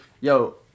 Yo